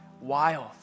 wild